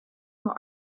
nur